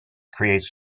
creates